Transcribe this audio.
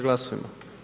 Glasujmo.